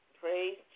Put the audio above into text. Praise